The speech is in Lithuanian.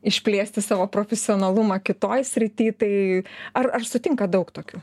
išplėsti savo profesionalumą kitoj srity tai ar ar sutinkat daug tokių